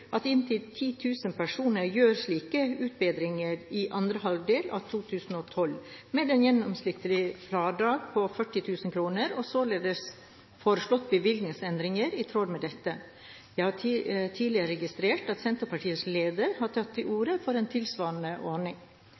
at inntil 10 000 personer gjør slike utbedringer i andre halvdel av 2012, med et gjennomsnittlig fradrag på 40 000 kr. Vi har således foreslått bevilgningsendringer i tråd med dette. Jeg har tidligere registrert at Senterpartiets leder har tatt til orde for en tilsvarende ordning.